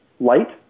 light